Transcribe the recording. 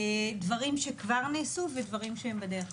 דברים שכבר נעשו ודברים שהם בדרך.